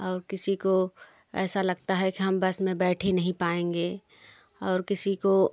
और किसी को ऐसा लगता है कि हम बस में बैठ ही नहीं पाएंगे और किसी को